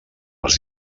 les